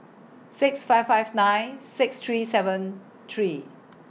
six five five nine six three seven three